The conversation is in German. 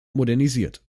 modernisiert